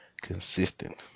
consistent